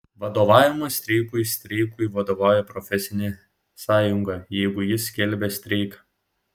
vadovavimas streikui streikui vadovauja profesinė sąjunga jeigu ji skelbia streiką